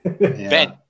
Ben